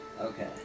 Okay